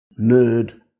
nerd